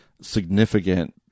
significant